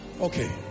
Okay